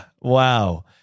Wow